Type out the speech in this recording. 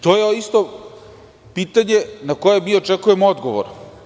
To je isto pitanje na koje očekujemo odgovor.